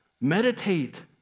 meditate